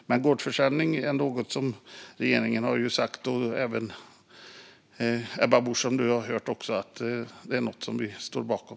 Men gårdsförsäljning är någonting som regeringen, och även Ebba Busch, står bakom.